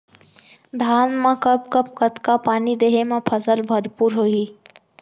धान मा कब कब कतका पानी देहे मा फसल भरपूर होही?